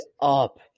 up